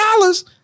dollars